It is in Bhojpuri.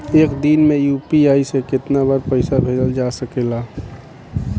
एक दिन में यू.पी.आई से केतना बार पइसा भेजल जा सकेला?